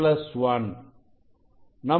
இதுn 1